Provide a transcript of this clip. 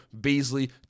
Beasley